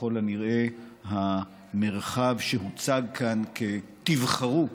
ככל הנראה המרחב שהוצג כאן כ"תבחרו"